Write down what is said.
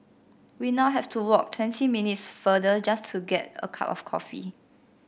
we now have to walk twenty minutes farther just to get a cup of coffee